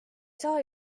saa